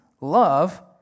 love